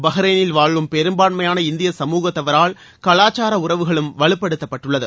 பஹ்ரைனில் வாழும் பெரும்பான்மையான இந்திய சமுகத்தவரால் கலாச்சார உறவுகளும் வலுப்படுத்தப்பட்டுள்ளது